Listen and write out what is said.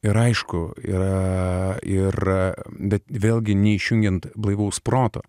ir aišku yra ir bet vėlgi neišjungiant blaivaus proto